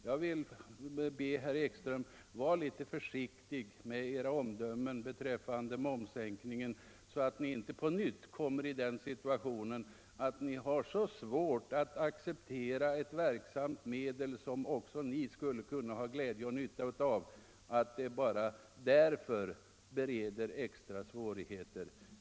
Jag vill be herr Ekström vara litet försiktigare med sina omdömen beträffande momssänkningen, så att ni inte på nytt kommer i den situationen att det blir svårt att acceptera ett verksamt medel som också ni skulle kunna ha glädje och nytta av.